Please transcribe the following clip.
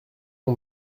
mon